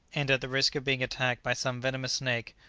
and at the risk of being attacked by some venomous snake,